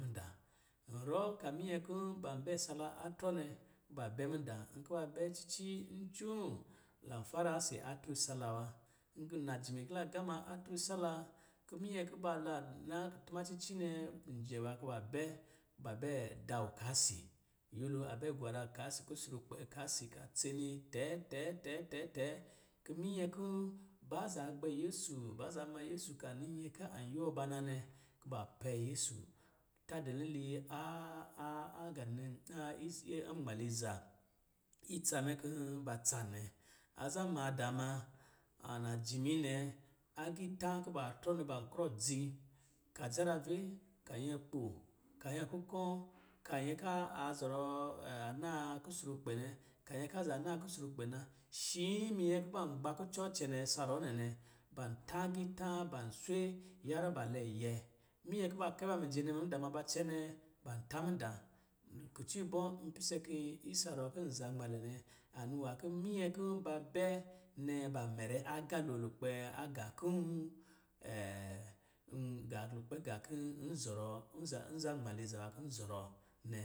Mudaa, n rɔ ka minyɛ kɔ̄ ban bɛ sala atrɔ nɛ kuba bɛ mudaa. N kuba bɛ cici ncoo, lan fara isi atrɔ isala wa. najimi kila gama atrɔ isala, kɔ̄ minyɛ kuba la na kutuma cici nɛ, njɛ ba kuba bɛ, ba bɛ da ɔka si. Nyɛlo a bɛ gwara ka si kusrukpɛ ka si ka tsene tɛ tɛ tɛ tɛ tɛ kɔ̄ minyɛ kɔ̄ baa zaa gbɛ vɛsu, baa zaa ma yɛsu ka ni nyɛ ka an yuwɔ ba na nɛ, kuba pɛ yɛsu ta dilili aa-aa-aganɛ anmaliza itsa mɛ kɔ̄ ban tsa nɛ. Aza maadaa ma, najimi nɛ, agitā kuba trɔ nɛ, ban krɔ dzi, ka dzarave, ka nyɛkpo, ka nyɛkukɔ̄, ka nyɛ ka a zɔrɔɔ a na kusurkpɛ nɛ, ka nyɛ ka za naa kusurkpɛ na, shi minyɛ kuba gbakucɔ cɛnɛ isa ruwɔ nɛ, ban taagiitā, ban swe, yarɔ ba lɛ yɛ. Minyɛ kuba kɛba mijɛ nɛ mudaa ma ba cɛnɛ, ban tā mudaa. Kucɔ ibɔ̄, n pise ku isa ruwɔ̄ kin nzanmalɛ nɛ, a ni nwā kɔ̄ minyɛ kɔ̄ ba bɛ nɛ ba mɛrɛ agalo lukpɛ agā kɔ̄ɔ̄ lukpɛ ga kɔ̄ n zɔrɔ, n-nzan nmaliza nwa kɔ̄ nzɔrɔ nɛ.